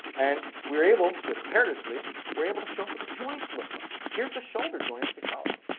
and we were able, the preparators at least, were able to show us what the joints look like. here's the shoulder joint of tiktaalik.